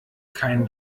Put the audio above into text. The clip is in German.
kein